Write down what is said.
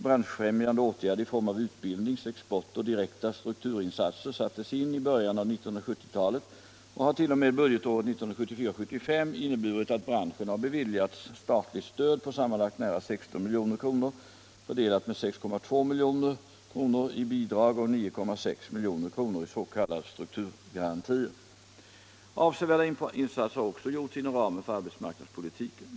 Branschfrämjande åtgärder i form av utbildnings-, exportoch direkta strukturinsatser sattes in i början av 1970-talet och har t.o.m. budgetåret 1974/75 inneburit att branschen har beviljats statligt stöd på sammanlagt nära 16 milj.kr., fördelat med 6,2 milj.kr. i bidrag och 9,6 milj.kr. i s.k. strukturgarantier. Avsevärda insatser har också gjorts inom ramen för arbetsmarknadspolitiken.